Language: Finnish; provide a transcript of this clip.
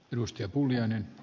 arvoisa puhemies